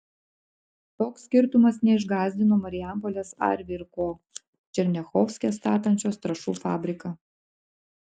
toks skirtumas neišgąsdino marijampolės arvi ir ko černiachovske statančios trąšų fabriką